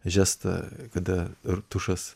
žiestą kada ir tušas